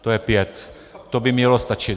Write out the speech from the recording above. To je pět, to by mělo stačit.